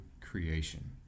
creation